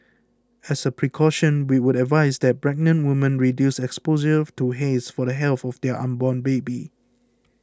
as a precaution we would advise that pregnant women reduce exposure to haze for the health of their unborn baby